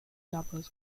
doubles